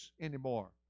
anymore